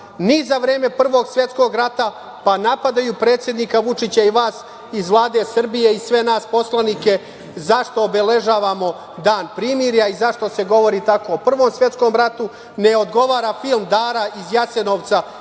ni za vreme Prvog svetskog rata, pa napadaju predsednika Vučića i vas iz Vlade Srbije i sve nas poslanike zašto obeležavamo Dan primirja i zašto se govori tako o Prvom svetskom ratu, ne odgovara film "Dara iz Jasenovca"